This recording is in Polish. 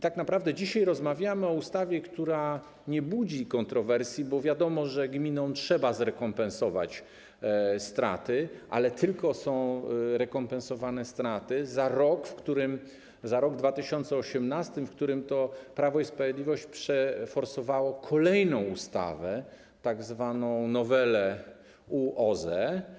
Tak naprawdę dzisiaj rozmawiamy o ustawie, która nie budzi kontrowersji, bo wiadomo, że gminom trzeba zrekompensować straty, ale rekompensowane są straty tylko za rok 2018, w którym Prawo i Sprawiedliwość przeforsowało kolejną ustawę, tzw. nowelę OZE.